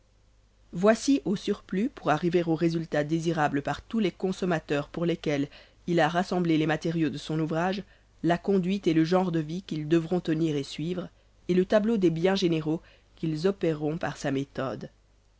voici au surplus pour arriver au résultat désirable par tous les consommateurs pour lesquels il a rassemblé les matériaux de son ouvrage la conduite et le genre de vie qu'ils devront tenir et suivre et le tableau des biens généraux qu'ils opèreront par sa méthode